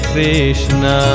Krishna